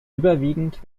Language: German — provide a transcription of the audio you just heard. überwiegend